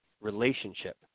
relationship